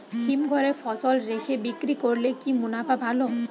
হিমঘরে ফসল রেখে বিক্রি করলে কি মুনাফা ভালো?